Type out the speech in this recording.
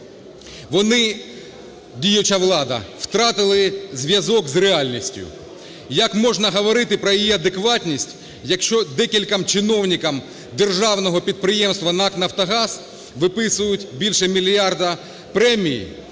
Вони, діюча влада, втратили зв'язок з реальністю. Як можна говорити про її адекватність, якщо декільком чиновникам державного підприємства НАК "Нафтогаз" виписують більше мільярда премій